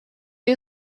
you